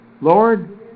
Lord